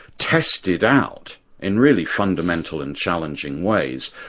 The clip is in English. tested out in really fundamental and challenging ways,